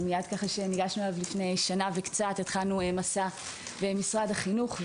שנגשנו אליו לפני יותר משנה והתחלנו מסע במשרד החינוך,